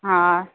हा